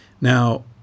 Now